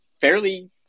fairly